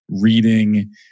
reading